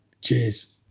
Cheers